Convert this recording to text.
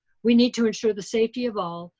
we need to ensure the safety of all.